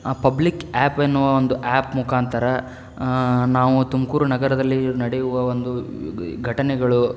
ಆ public app ಎನ್ನುವ ಒಂದು ಆ್ಯಪ್ ಮುಖಾಂತರ ನಾವು ತುಮಕೂರು ನಗರದಲ್ಲಿ ನಡೆಯುವ ಒಂದು ಘಟನೆಗಳು